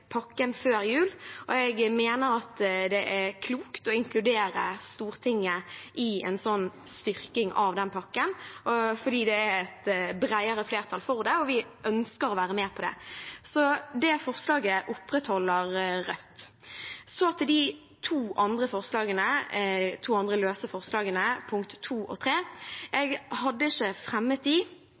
pakken før jul, og jeg mener at det er klokt å inkludere Stortinget i en styrking av den pakken, fordi det er et bredere flertall for det, og vi ønsker å være med på det. Så det forslaget opprettholder Rødt. Så til de løse forslagene nr. 3 og 4. Jeg hadde ikke fremmet dem hvis det ikke var for at det er nærmere en million nordmenn som bor i